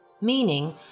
meaning